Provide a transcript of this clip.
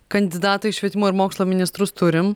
kandidatą į švietimo ir mokslo ministrus turim